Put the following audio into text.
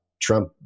Trump